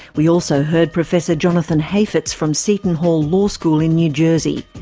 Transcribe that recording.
we also heard professor jonathan hafetz from seton hall law school in new jersey.